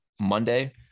monday